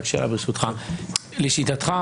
ברשותך: לשיטתך,